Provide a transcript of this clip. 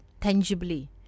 tangibly